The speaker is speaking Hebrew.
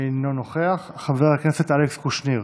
אינו נוכח, חבר הכנסת אלכס קושניר,